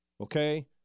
Okay